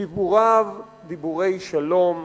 דיבוריו, דיבורי שלום.